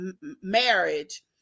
marriage